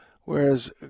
Whereas